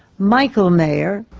michael mayer.